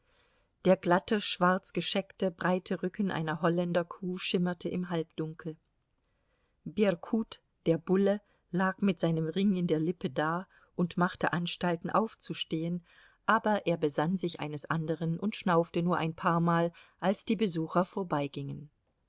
der glatte schwarz gescheckte breite rücken einer holländer kuh schimmerte im halbdunkel berkut der bulle lag mit seinem ring in der lippe da und machte anstalten aufzustehen aber er besann sich eines anderen und schnaufte nur ein paarmal als die besucher